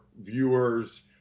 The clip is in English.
viewers